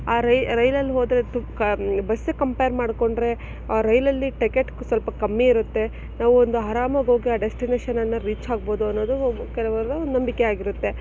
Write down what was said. ಆ ರೈಲಲ್ಲಿ ಹೋದದ್ದು ಕ ಬಸ್ಸಿಗೆ ಕಂಪೇರ್ ಮಾಡಿಕೊಂಡ್ರೆ ರೈಲಲ್ಲಿ ಟಿಕೇಟ್ ಸ್ವಲ್ಪ ಕಮ್ಮಿ ಇರುತ್ತೆ ನಾವೊಂದು ಆರಾಮಾಗಿ ಹೋಗಿ ಆ ಡೆಸ್ಟಿನೇಷನನ್ನು ರೀಚ್ ಆಗ್ಬೋದು ಅನ್ನೋದು ಕೆಲವರ ನಂಬಿಕೆ ಆಗಿರುತ್ತೆ